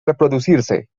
reproducirse